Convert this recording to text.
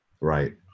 right